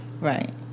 Right